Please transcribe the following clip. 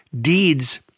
deeds